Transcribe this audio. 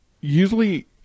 Usually